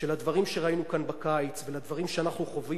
שלדברים שראינו כאן בקיץ ולדברים שאנחנו חווים